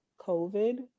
COVID